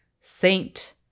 Saint